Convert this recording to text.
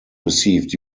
received